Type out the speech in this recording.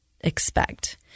expect